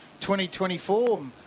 2024